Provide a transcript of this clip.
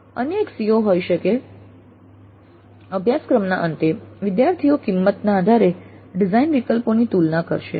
અન્ય એક CO હોઈ શકે છે અભ્યાસક્રમના અંતે વિદ્યાર્થીઓ કિંમતના આધારે ડિઝાઇન વિકલ્પોની તુલના કરી શકશે